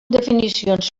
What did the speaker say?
definicions